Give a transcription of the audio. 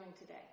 today